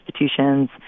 institutions